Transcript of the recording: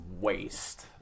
waste